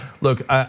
Look